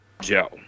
Joe